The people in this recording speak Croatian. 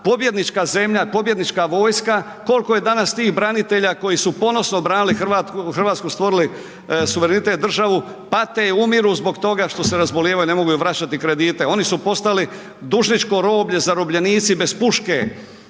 pobjednička zemlja, pobjednička vojska, kolko je danas tih branitelja koji su ponosno branili RH, stvorili suverenitet državu, pate i umiru zbog toga što se razbolijevaju, ne mogu vraćati kredite, oni su postali dužničko roblje, zarobljenici bez puške,